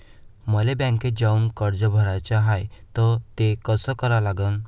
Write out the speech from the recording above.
मले बँकेत जाऊन कर्ज भराच हाय त ते कस करा लागन?